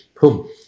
boom